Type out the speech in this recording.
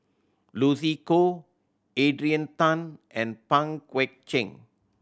Lucy Koh Adrian Tan and Pang Guek Cheng